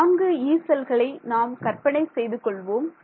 4 'யீ' செல்களை நாம் கற்பனை செய்து கொள்வோம்